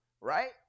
Right